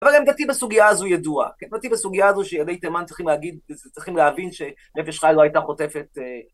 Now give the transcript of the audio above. אבל עמדתי בסוגיה הזו ידועה, עמדתי בסוגיה הזו שילדי תימן צריכים להבין שנפש חי לא הייתה חוטפת